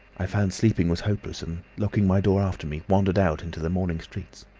i found sleeping was hopeless, and, locking my door after me, wandered out into the morning streets.